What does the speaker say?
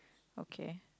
okay